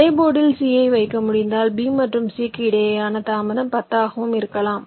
அதே போர்டில் C ஐ வைக்க முடிந்தால் B மற்றும் C க்கும் இடையேயான தாமதம் 10 ஆகவும் இருக்கலாம்